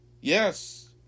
Yes